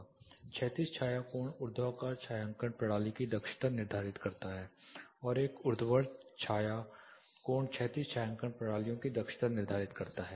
क्षैतिज छाया कोण ऊर्ध्वाधर छायांकन प्रणाली की दक्षता निर्धारित करता है और एक ऊर्ध्वाधर छाया कोण क्षैतिज छायांकन प्रणालियों की दक्षता निर्धारित करता है